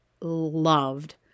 loved